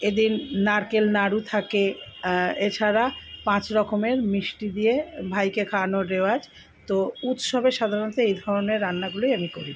এদিন নারকেল নাড়ু থাকে এছাড়া পাঁচ রকমের মিষ্টি দিয়ে ভাইকে খাওয়ানোর রেওয়াজ তো উৎসবে সাধারণত এই ধরনের রান্নাগুলোই আমি করি